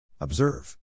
Observe